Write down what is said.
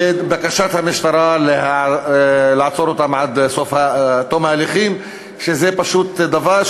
ובקשת המשטרה לעצור אותם עד תום ההליכים זה פשוט דבר,